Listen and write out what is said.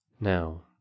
Now